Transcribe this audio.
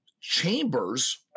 Chambers –